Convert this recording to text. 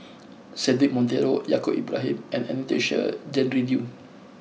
Cedric Monteiro Yaacob Ibrahim and Anastasia Tjendri Liew